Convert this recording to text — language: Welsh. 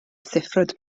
siffrwd